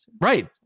right